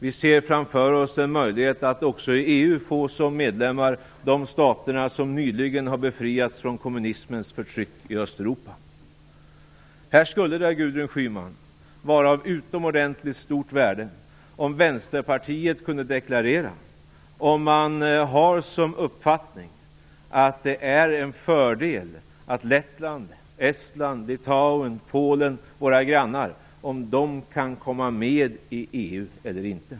Vi ser framför oss en möjlighet att också i EU få som medlemmar de stater som nyligen har befriats från kommunismens förtryck i Östeuropa. Det skulle, Gudrun Schyman, vara av utomordentligt stort värde om Vänsterpartiet kunde deklarera om man har som uppfattning att det är en fördel att våra grannar Estland, Lettland, Litauen och Polen kan komma med i EU eller inte.